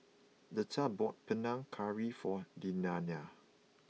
Leta bought Panang Curry for Lilianna